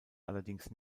allerdings